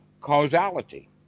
causality